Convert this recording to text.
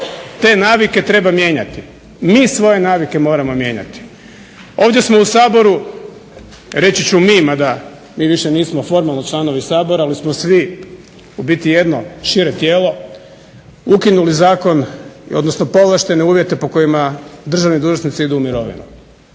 Te navike treba mijenjati. Mi svoje navike moramo mijenjati. Ovdje smo u Saboru, reći ću mi mada mi više nismo formalno članovi Sabora ali smo svi u biti jedno šire tijelo, ukinuli zakon odnosno povlaštene uvjete po kojima državni dužnosnici idu u mirovinu.